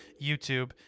youtube